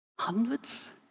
Hundreds